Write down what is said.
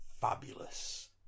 fabulous